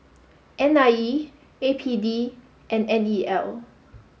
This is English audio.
N I E A P D and N E L